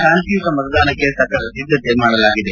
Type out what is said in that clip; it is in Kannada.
ಶಾಂತಿಯುತ ಮತದಾನಕ್ಕೆ ಸಕಲ ಸಿದ್ದತೆ ಮಾಡಲಾಗಿದೆ